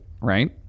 right